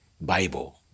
Bible